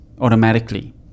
automatically